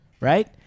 right